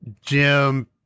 Jim